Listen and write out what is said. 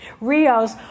RIOs